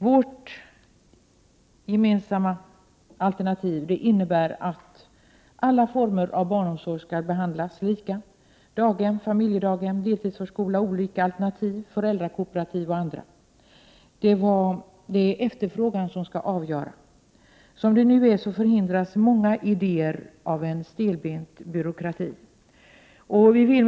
Vårt gemensamma alternativ innebär att alla former av barnomsorg skall behandlas lika — daghem, familjedaghem, deltidsförskola, föräldrakooperativ osv. Det är efterfrågan som skall vara det avgörande. Som det nu är förhindrar en stelbent byråkrati att många nya idéer förverkligas.